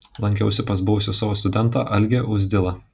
lankiausi pas buvusį savo studentą algį uzdilą